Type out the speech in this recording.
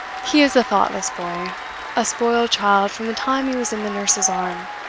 he is a thoughtless boy a spoiled child from the time he was in the nurse's arms